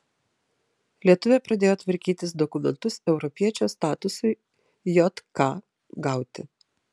lietuvė pradėjo tvarkytis dokumentus europiečio statusui jk gauti